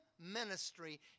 ministry